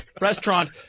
restaurant